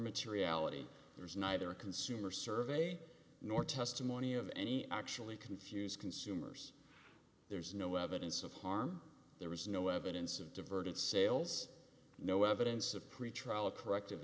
materiality there is neither a consumer survey nor testimony of any actually confuse consumers there's no evidence of harm there was no evidence of divergence sales no evidence of pretrial corrective